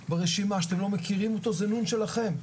ברשימה שאתם לא מכירים אותו זה נ' שלכם,